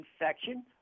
infection